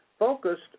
focused